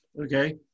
Okay